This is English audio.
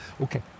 Okay